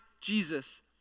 Jesus